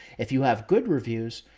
if you have good reviews,